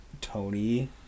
Tony